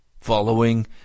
Following